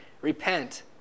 Repent